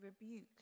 rebuke